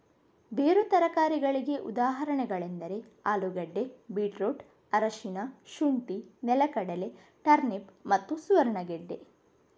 ಬೇರು ತರಕಾರಿಗಳಿಗೆ ಉದಾಹರಣೆಗಳೆಂದರೆ ಆಲೂಗೆಡ್ಡೆ, ಬೀಟ್ರೂಟ್, ಅರಿಶಿನ, ಶುಂಠಿ, ನೆಲಗಡಲೆ, ಟರ್ನಿಪ್ ಮತ್ತು ಸುವರ್ಣಗೆಡ್ಡೆ